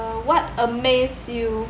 what amaze you